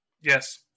Yes